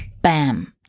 bam